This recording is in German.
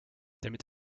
damit